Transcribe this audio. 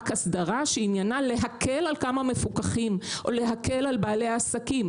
אסדרה שעניינה להקל על כמה מפוקחים או להקל על בעלי העסקים,